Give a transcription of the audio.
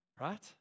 right